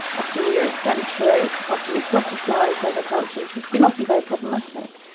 often eurocentric, often exoticised other cultures, it's been often very problematic.